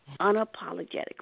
unapologetically